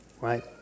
right